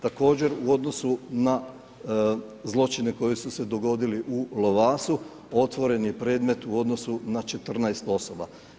Također u odnosu na zločine koji su se dogodili u … otvoren je predmet u odnosu na 14 osoba.